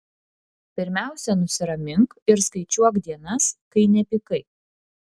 pirmiausia nusiramink ir skaičiuok dienas kai nepykai